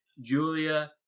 Julia